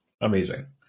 amazing